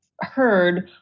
heard